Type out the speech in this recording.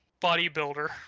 bodybuilder